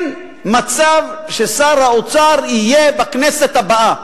אין מצב ששר האוצר יהיה בכנסת הבאה.